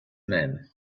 man